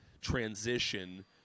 transition